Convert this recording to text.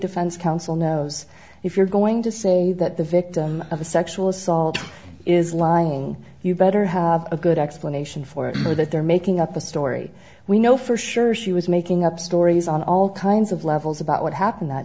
counsel knows if you're going to say that the victim of a sexual assault is lying you better have a good explanation for it or that they're making up a story we know for sure she was making up stories on all kinds of levels about what happened that